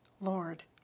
Lord